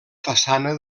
façana